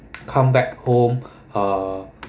come back home uh